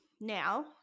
now